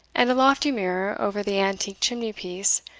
and a lofty mirror, over the antique chimney-piece,